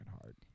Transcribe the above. hard